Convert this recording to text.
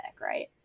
right